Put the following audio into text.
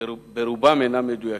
שברובם אינם מדויקים,